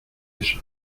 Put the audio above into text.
eso